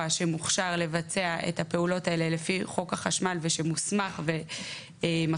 שמוכשר לבצע את הפעולות האלה לפי חוק החשמל ושמוסמך ומחזיק